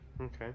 Okay